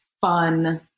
fun